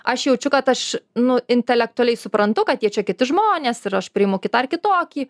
aš jaučiu kad aš nu intelektualiai suprantu kad jie čia kiti žmonės ir aš priimu kitą ir kitokį